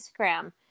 Instagram